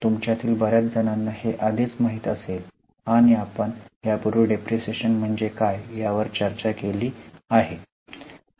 तुमच्या तील बर्याच जणांना हे आधीच माहित असेल आणि आपण यापूर्वी डिप्रीशीएशन म्हणजे काय यावर चर्चा केली आहे